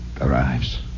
arrives